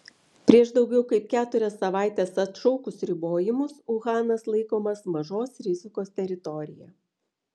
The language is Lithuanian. prieš daugiau kaip keturias savaites atšaukus ribojimus uhanas laikomas mažos rizikos teritorija